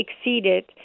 exceeded